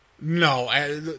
No